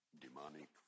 demonic